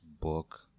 book